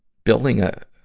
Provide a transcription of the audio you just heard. building a,